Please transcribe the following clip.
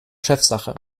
chefsache